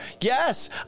Yes